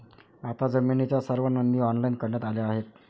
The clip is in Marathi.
आता जमिनीच्या सर्व नोंदी ऑनलाइन करण्यात आल्या आहेत